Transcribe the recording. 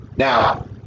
Now